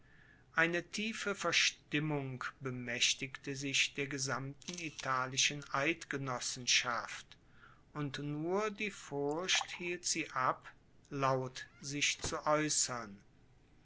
eine tiefe verstimmung bemaechtigte sich der gesamten italischen eidgenossenschaft und nur die furcht hielt sie ab laut sich zu